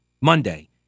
Monday